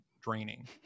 draining